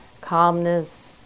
calmness